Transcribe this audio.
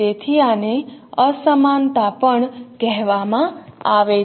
તેથી આને અસમાનતા પણ કહેવામાં આવે છે